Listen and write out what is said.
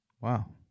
Wow